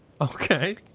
okay